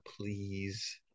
please